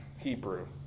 Hebrew